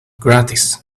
gratis